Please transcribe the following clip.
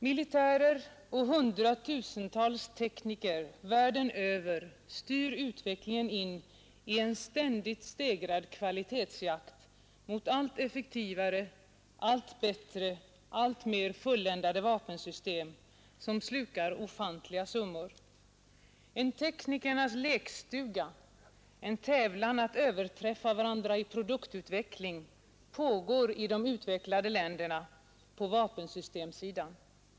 Militärer och hundratusentals tekniker världen över styr utvecklingen in i en ständigt stegrad kvalitetsjakt mot allt effektivare, allt bättre, alltmer fulländade vapensystem som slukar ofantliga summor. En teknikernas lekstuga, en tävlan att överträffa varandra i produktutveckling pågår i de utvecklade länderna på vapensystemsidan.